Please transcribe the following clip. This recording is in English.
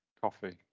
coffee